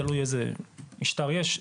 תלוי איזה משטר יש,